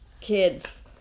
Kids